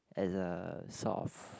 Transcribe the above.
as a sort of